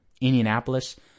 Indianapolis